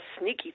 sneaky